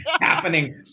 happening